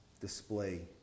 Display